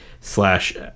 slash